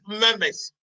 members